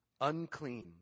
Unclean